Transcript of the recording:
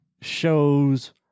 shows